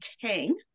Tang